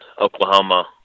Oklahoma